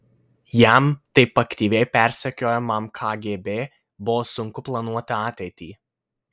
jam taip aktyviai persekiojamam kgb buvo sunku planuoti ateitį